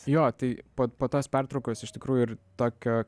jo tai po po tos pertraukos iš tikrųjų ir tokio